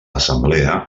assemblea